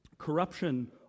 Corruption